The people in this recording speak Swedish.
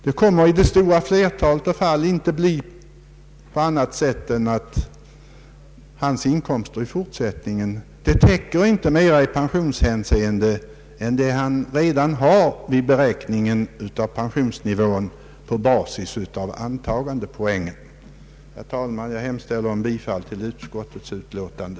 I det stora flertalet fall blir det så att vederbörandes inkomster i fortsättningen inte täcker mera än vad man antagit vid beräkning av pensionsnivån på basis av antagandepoängen. Herr talman, jag hemställer om bifall till utskottets utlåtande.